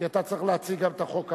כי אתה צריך להציג גם את החוק הבא.